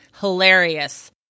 hilarious